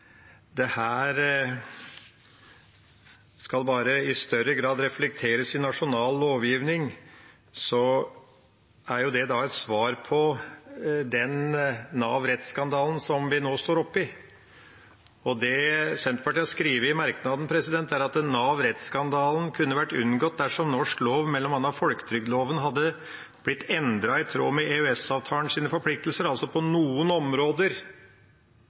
bare i større grad skal reflekteres i nasjonal lovgivning, er det et svar på den Nav-rettsskandalen vi nå står oppe i. Det Senterpartiet har skrevet i merknaden, er at Nav-rettsskandalen kunne vært unngått dersom norsk lov, bl.a. folketrygdloven, hadde blitt endret i tråd med EØS-avtalens forpliktelser. På noen områder